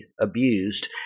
abused